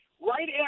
right